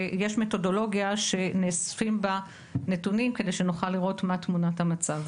ויש מתודולוגיה שנאספים בה נתונים כדי שנוכל לראות מה תמונת המצב.